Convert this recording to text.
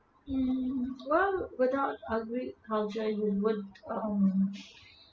um well without agriculture you would um